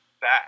back